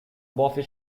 buffy